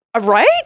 Right